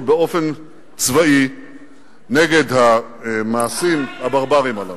באופן צבאי נגד המעשים הברבריים הללו.